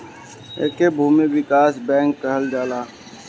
एके भूमि विकास बैंक कहल जाला